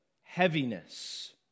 heaviness